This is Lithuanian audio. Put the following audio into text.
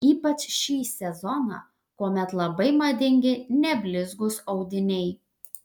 ypač šį sezoną kuomet labai madingi neblizgūs audiniai